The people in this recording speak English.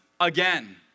again